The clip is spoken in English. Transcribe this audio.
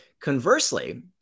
Conversely